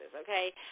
okay